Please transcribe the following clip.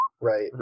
Right